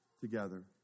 together